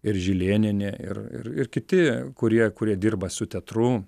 ir žilėnienė ir ir ir kiti kurie kurie dirba su teatru